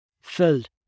filled